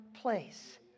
place